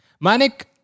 manik